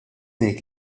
ngħid